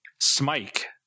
smike